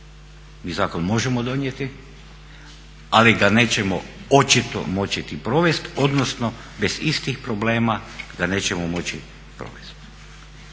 Mi zakon možemo donijeti, ali ga nećemo očito moći provest odnosno bez istih problema da nećemo moći provest.